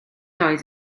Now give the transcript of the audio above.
oedd